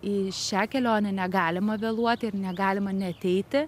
į šią kelionę negalima vėluoti ir negalima neateiti